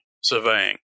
surveying